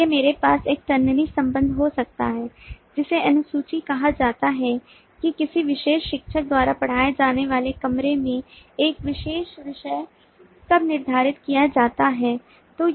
इसलिए मेरे पास एक ternary संबंध हो सकता है जिसे अनुसूची कहा जाता है कि किसी विशेष शिक्षक द्वारा पढ़ाए जाने वाले कमरे में एक विशेष विषय कब निर्धारित किया जाता है